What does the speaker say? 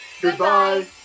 Goodbye